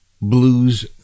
blues